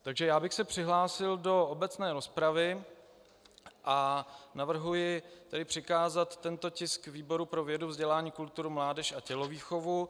Takže já bych se přihlásil do obecné rozpravy a navrhuji přikázat tento tisk výboru pro vědu, vzdělání, kulturu, mládež a tělovýchovu.